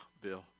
Bill